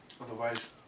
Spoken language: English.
otherwise